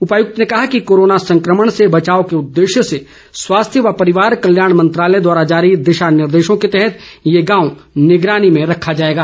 उपायुक्त ने कहा कि कोरोना संक्रमण से बचाव के उद्रेश्य से स्वास्थ्य व परिवार कल्याण मंत्रालय द्वारा जारी दिशा निर्देशों के तहत ये गांव निगरानी में रखा जाएगा